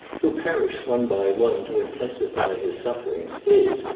who perish one by one to intensify his sufferings, is,